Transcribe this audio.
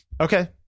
okay